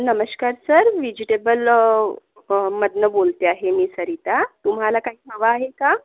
नमस्कार sir vegetable मधनं बोलते आहे मी सरिता तुम्हाला काही हवं आहे का